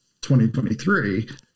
2023